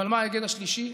אבל מה ההיגד השלישי?